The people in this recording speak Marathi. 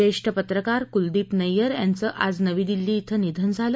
ज्येष्ठ पत्रकार कुलदीप नय्यर यांचं आज नवी दिल्ली कुं निधन झालं